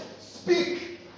speak